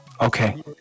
Okay